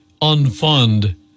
unfund